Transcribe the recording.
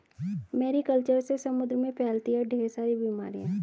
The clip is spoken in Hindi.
मैरी कल्चर से समुद्र में फैलती है ढेर सारी बीमारियां